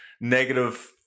negative